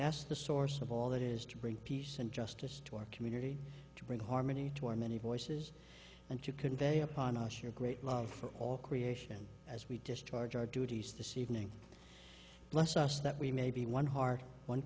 asked the source of all that is to bring peace and justice to our community to bring harmony to our many voices and to convey upon us your great love for all creation as we discharge our duties to see evening bless us that we may be one